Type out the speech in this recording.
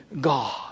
God